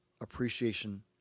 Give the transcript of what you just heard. appreciation